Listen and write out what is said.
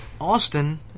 Austin